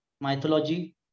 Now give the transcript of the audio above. mythology